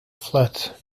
fled